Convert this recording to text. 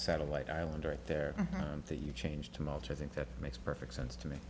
satellite island right there on the you changed to mulch i think that makes perfect sense to me